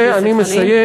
ואני מסיים,